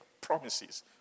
promises